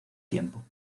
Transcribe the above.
tiempo